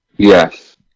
yes